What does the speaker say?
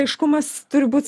aiškumas turi būt